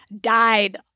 died